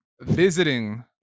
visiting